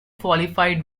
qualified